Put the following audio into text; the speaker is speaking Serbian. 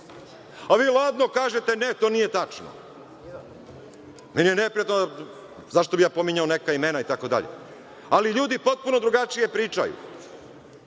A vi ladno kažete – ne, to nije tačno. Meni je neprijatno, zašto bih ja pominjao neka imena itd. Ali ljudi potpuno drugačije pričaju.